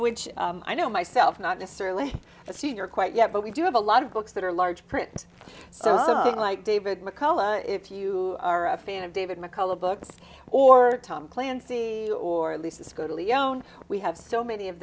which i know myself not necessarily a senior quite yet but we do have a lot of books that are large print so i like david mccullough if you are a fan of david mccullough books or tom clancy or lisa's go to leone we have so many of